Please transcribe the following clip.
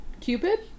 cupid